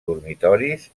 dormitoris